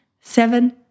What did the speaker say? seven